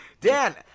dan